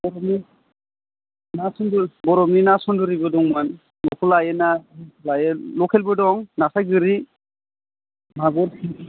ना सुनदर बरफनि ना सुन्दुरिबो दंमोन मबेखौ लायो ना लयो लकेल बो दं नास्राय गोरि मागुर